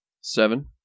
Seven